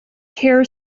care